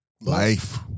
Life